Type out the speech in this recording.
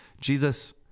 Jesus